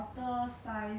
ya so the